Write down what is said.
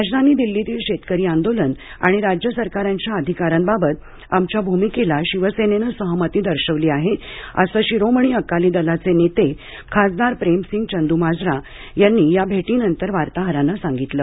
राजधानी दिल्लीतील शेतकरी आंदोलन आणि राज्य सरकारांच्या अधिकारांबाबत आमच्या भूमिकेला शिवसेनेने सहमती दर्शवली आहे असे शिरोमणी अकाली दलाचे नेते खासदार प्रेम सिंग चंद्रमाजरा यांनी या भेटीनंतर वार्ताहरांना सांगितले